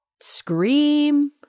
scream